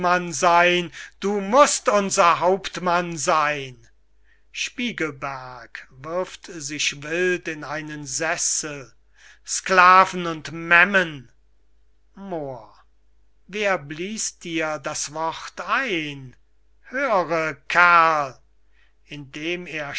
du must unser hauptmann seyn spiegelberg wirft sich wild in einen sessel sklaven und memmen moor wer blies dir das wort ein höre kerl